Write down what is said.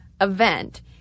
event